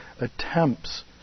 attempts